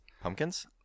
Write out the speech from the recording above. pumpkins